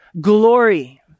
glory